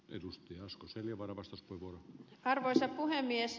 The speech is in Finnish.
edustaja asko seljavaara vastus tuntui arvoisa puhemies